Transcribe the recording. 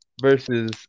versus